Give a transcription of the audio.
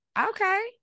Okay